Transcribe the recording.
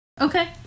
Okay